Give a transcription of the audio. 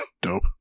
Dope